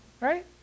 right